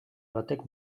batek